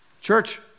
Church